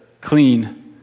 clean